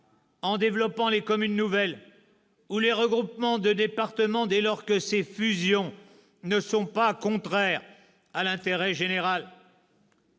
en développant les communes nouvelles ou les regroupements de départements, dès lors que ces fusions ne sont pas contraires à l'intérêt général.